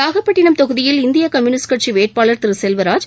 நாகப்பட்டினம் தொகுதியில் இந்திய கம்யுனிஸ்ட் கட்சி வேட்பாளா் திரு செல்வராஜ்